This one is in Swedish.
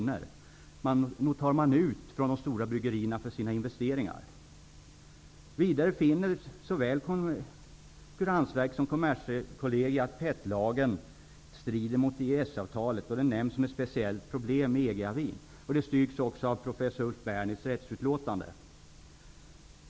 Nog tar de stora bryggerierna ut för sina investeringar! Vidare finner såväl Konkurrensverket som Kommerskollegium att PET-lagen strider mot EES-avtalet, och den nämns som ett speciellt problem i EG-avin. Detta styrks av professor Ulf Bernitz rättsutlåtande.